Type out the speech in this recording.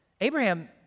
Abraham